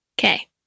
Okay